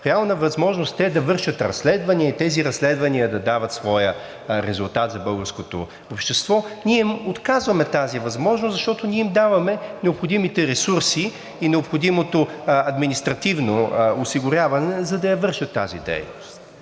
реална възможност за работа те да вършат разследвания и тези разследвания да дават своя резултат за българското общество, ние отказваме тази възможност, защото не им даваме необходимите ресурси и необходимото административно осигуряване, за да я вършат тази